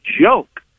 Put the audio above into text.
joke